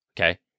okay